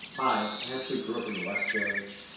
i i actually grew up in the west village.